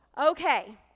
Okay